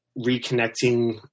reconnecting